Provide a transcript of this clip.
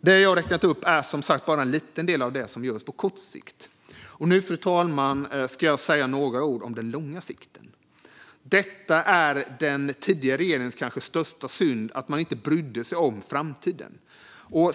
Det jag har räknat upp är som sagt bara en liten del av det som görs på kort sikt. Nu, fru talman, ska jag säga några ord om den långa sikten. Den tidigare regeringens kanske största synd är att man inte brydde sig om framtiden.